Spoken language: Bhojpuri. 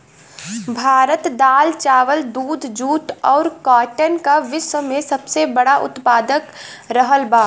भारत दाल चावल दूध जूट और काटन का विश्व में सबसे बड़ा उतपादक रहल बा